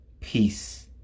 Peace